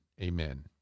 Amen